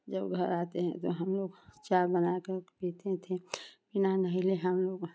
जब घर आते हैं तो हमलोग चाय बनाकर पीते थे बिना नहैले हम